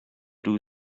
two